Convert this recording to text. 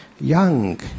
Young